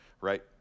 right